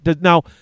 Now